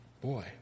Boy